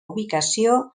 ubicació